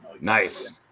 Nice